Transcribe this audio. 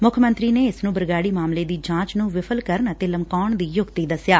ਮੁੱਖ ਮੰਤਰੀ ਨੇ ਇਸ ਨੂੰ ਬਰਗਾਤੀ ਮਾਮਲੇ ਦੀ ਜਾਂਚ ਨੂੰ ਵਿਫ਼ਲ ਕਰਨ ਅਤੇ ਲਮਕਾਉਣ ਦੀ ਯੁਕਤੀ ਦਸਿਐ